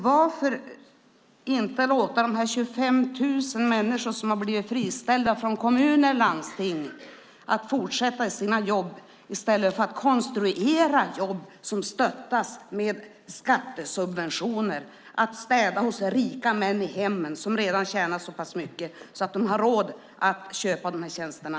Varför inte låta de 25 000 människor som har blivit friställda från kommuner och landsting fortsätta i sina jobb i stället för att konstruera jobb som stöttas med skattesubventioner - att städa i hemmen hos rika män som redan tjänar så mycket att de har råd att köpa de här tjänsterna?